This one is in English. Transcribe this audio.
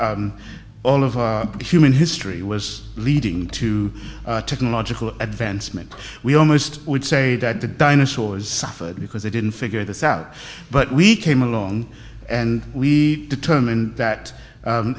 if all of human history was leading to technological advancement we almost would say that the dinosaurs suffered because they didn't figure this out but we came along and we determined that